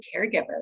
caregiver